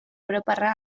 europarra